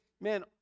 man